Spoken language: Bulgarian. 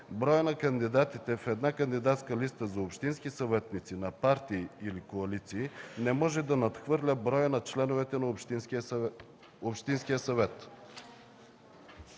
Броят на кандидатите в една кандидатска листа за общински съветници на партии или коалиции не може да надхвърля броя на членовете на общинския съвет.”